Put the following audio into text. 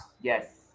Yes